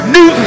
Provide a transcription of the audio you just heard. New